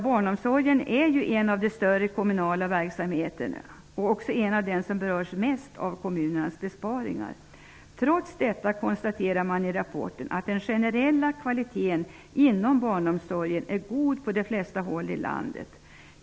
Barnomsorgen är en av de större kommunala verksamheterna och också en av dem som har berörts mest av kommunernas besparingar. Trots detta konstaterar man i rapporten att den generella kvaliteten inom barnomsorgen på de flesta håll i landet är god.